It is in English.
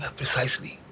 precisely